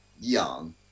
young